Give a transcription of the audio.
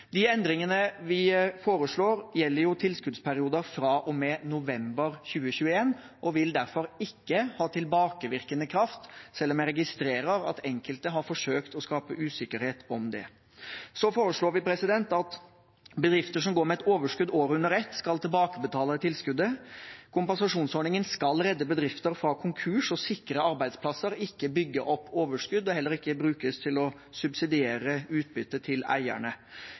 De endringene vi foreslår, gjelder tilskuddsperioden fra og med november 2021 og vil derfor ikke ha tilbakevirkende kraft, selv om jeg registrerer at enkelte har forsøkt å skape usikkerhet om det. Vi foreslår at bedrifter som går med overskudd året under ett, skal tilbakebetale tilskuddet. Kompensasjonsordningen skal redde bedrifter fra konkurs og sikre arbeidsplasser, ikke bygge opp overskudd og heller ikke brukes til å subsidiere utbytte til eierne.